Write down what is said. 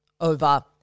over